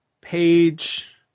Page